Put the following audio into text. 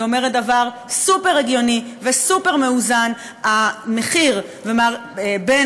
היא אומרת דבר סופר-הגיוני וסופר-מאוזן: המחיר בין